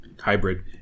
hybrid